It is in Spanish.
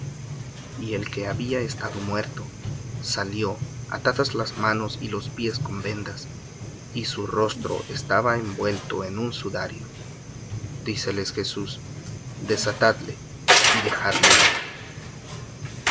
y el que había estado muerto salió atadas las manos y los pies con vendas y su rostro estaba envuelto en un sudario díceles jesús desatadle y dejadle ir